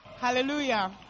Hallelujah